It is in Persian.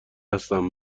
هستم